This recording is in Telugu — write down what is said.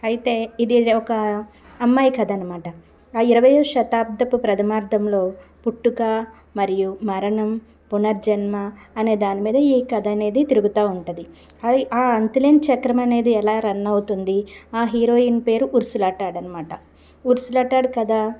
అయితే ఇది ఒక అమ్మాయి కథ అనమాట ఆ ఇరవైవ శతాబ్దపు ప్రధమార్ధంలో పుట్టుక మరియు మరణం పునర్జన్మ అనే దానిమీద ఈ కథ అనేది తిరుగుతూ ఉంటది అది ఆ అంతులేని చక్రం అనేది ఎలా రన్ అవుతుంది ఆ హీరోయిన్ పేరు ఉర్సులటాడ్ అనమాట ఉర్సులటేడ్ కథ